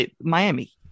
Miami